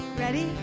Ready